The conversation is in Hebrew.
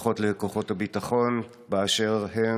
ברכות לכוחות הביטחון באשר הם,